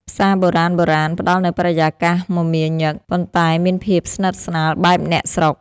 ផ្សារបុរាណៗផ្តល់នូវបរិយាកាសមមាញឹក ប៉ុន្តែមានភាពស្និទ្ធស្នាលបែបអ្នកស្រុក។